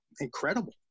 incredible